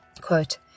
quote